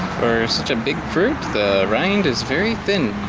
for such a big fruit the rind is very thin